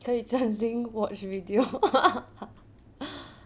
可以专心 watch video